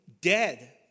Dead